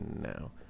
now